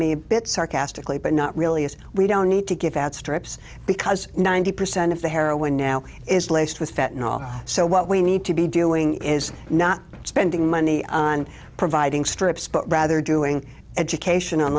me a bit sarcastically but not really as we don't need to get that strips because ninety percent of the heroin now is laced with fat and all so what we need to be doing is not spending money on providing strips but rather doing education